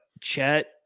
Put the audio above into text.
Chet